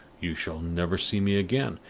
you shall never see me again,